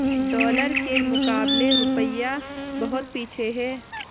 dollar के मुकाबले रूपया बहुत पीछे है